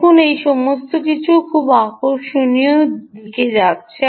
দেখুন এই সমস্ত কি খুব আকর্ষণীয় ডান দিকে নিয়ে যাচ্ছে